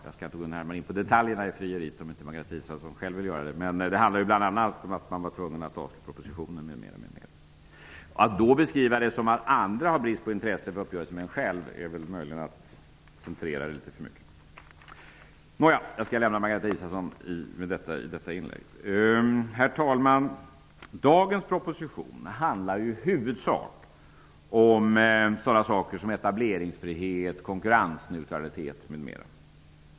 Jag skall inte gå in på detaljerna i frieriet, om inte Margareta Israelsson själv vill göra det, men det handlade bl.a. om att man var tvungen att avstyrka propositionen m.m. Att beskriva detta så, att andra visat brist på intresse för en uppgörelse, är väl möjligen att centrera det litet för mycket. -- Med detta lämnar jag Margareta Israelsson i detta inlägg. Herr talman! Dagens proposition handlar i huvudsak om sådana saker som etableringsfrihet, konkurrensneutralitet m.m.